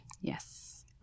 Yes